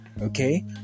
okay